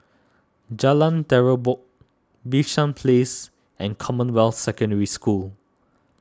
Jalan Terubok Bishan Place and Commonwealth Secondary School